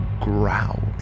growled